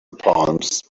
palms